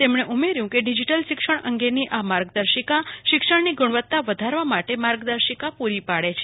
તેમણે ઉમેર્યું કે ડિજિટલ શિક્ષણ અંગેની આ માર્ગદર્શિકા શિક્ષણની ગુણવતતાવધારવા માટે માર્ગદર્શિકા પુરી પાડે છે